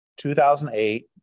2008